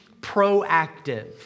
proactive